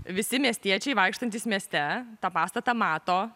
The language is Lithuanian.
visi miestiečiai vaikštantys mieste tą pastatą mato